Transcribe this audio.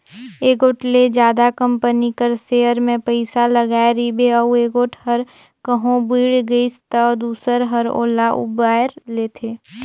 एगोट ले जादा कंपनी कर सेयर में पइसा लगाय रिबे अउ एगोट हर कहों बुइड़ गइस ता दूसर हर ओला उबाएर लेथे